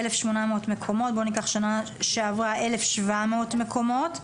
שנה שעברה 1,700 מקומות.